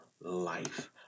life